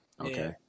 Okay